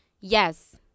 Yes